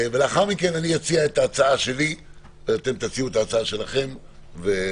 ולאחר מכן אני אציע את ההצעה שלי ואתם תציעו את ההצעה שלכם ונצביע,